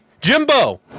jimbo